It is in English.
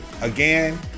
again